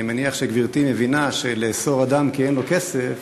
אני מניח שגברתי מבינה שלאסור אדם כי אין לו כסף,